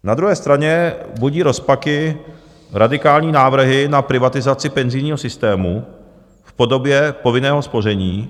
Na druhé straně budí rozpaky radikální návrhy na privatizaci penzijního systému v podobě povinného spoření.